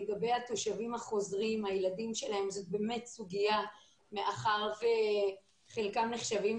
לגבי הילדים של התושבים החוזרים זו באמת סוגיה מאחר וחלקם נחשבים